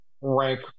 rank